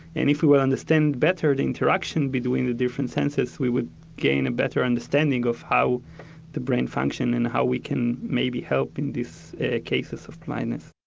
and if we will understand better the interaction between the senses we would gain a better understanding of how the brain functions and how we can maybe help in these cases of blindness.